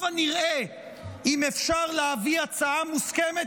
הבה נראה אם אפשר להביא הצעה מוסכמת,